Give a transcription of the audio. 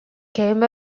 came